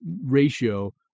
ratio